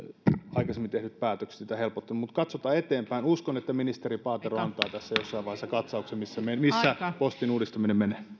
aikaisemmin tehdyt päätökset sitä helpota mutta katsotaan eteenpäin uskon että ministeri paatero antaa tässä jossain vaiheessa katsauksen siitä missä postin uudistaminen menee